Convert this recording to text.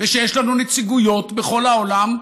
ושיש לנו נציגויות בכל העולם,